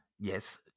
yes